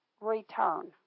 return